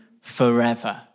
forever